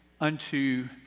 unto